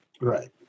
Right